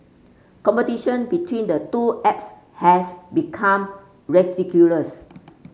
competition between the two apps has become ridiculous